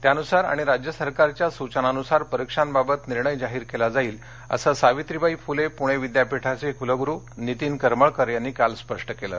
त्यानुसार आणि राज्य सरकारच्या सूचनांनुसार परीक्षांबाबत निर्णय जाहीर केला जाईल असं सावित्रीबाई फुले पुणे विद्यापीठाषे कुलगुरू नितीन करमळकर यांनी काल स्पष्ट केलं